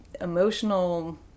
emotional